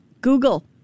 Google